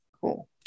Cool